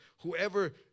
whoever